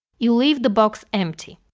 you leave the box empty.